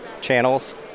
channels